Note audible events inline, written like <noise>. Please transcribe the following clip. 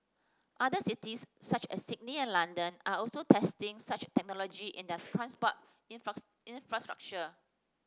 other cities such as Sydney and London are also testing such technology in their transport <unintelligible> infrastructure